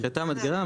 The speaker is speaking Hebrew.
משחטה מדגרה,